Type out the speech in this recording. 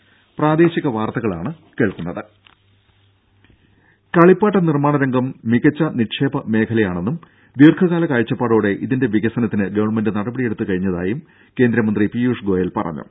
ദേദ കളിപ്പാട്ട നിർമ്മാണരംഗം മികച്ച നിക്ഷേപ മേഖലയാണെന്നും ദീർഘകാല കാഴ്ചപ്പാടോടെ ഇതിന്റെ വികസനത്തിന് ഗവൺമെന്റ് നടപടിയെടുത്ത് കഴിഞ്ഞതായും കേന്ദ്രമന്ത്രി പിയൂഷ് ഗോയൽ പറഞ്ഞു